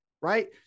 right